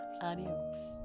Adios